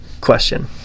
question